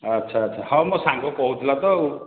ଆଚ୍ଛା ଆଚ୍ଛା ହଁ ମୋ ସାଙ୍ଗ କହୁଥିଲା ତ ଆଉ